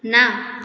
ନା